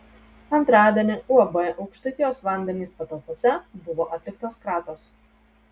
antradienį uab aukštaitijos vandenys patalpose buvo atliktos kratos